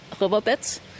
riverbeds